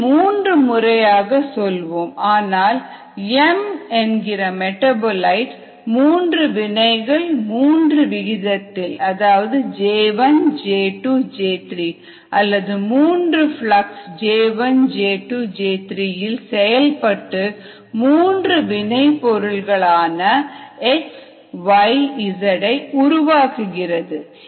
இதை முறையாக சொல்வோம் ஆனால் M என்கிற மெடாபோலிட் மூன்று வினைகள் மூன்று விகிதத்தில் J1 J2J3 அல்லது 3 பிளக்ஸ் J1 J2J3 இல் செயல்பட்டு மூன்று வினை பொருள்களாக XYZ உருவாகிறது